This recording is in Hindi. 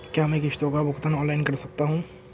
क्या मैं किश्तों का भुगतान ऑनलाइन कर सकता हूँ?